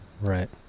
right